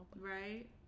Right